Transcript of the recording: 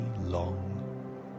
long